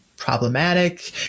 problematic